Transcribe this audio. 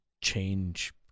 change